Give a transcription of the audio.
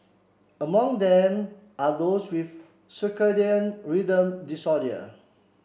among them are those with circadian rhythm disorders